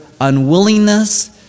unwillingness